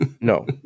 No